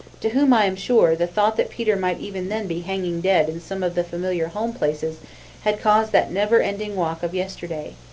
to whom, i am sure, the thought that peter might even then be hanging dead in some of the familiar home places had caused that never-ending walk of yesterday.